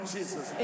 Jesus